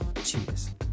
Cheers